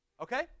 Okay